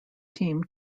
team